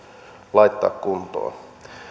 laittaa kuntoon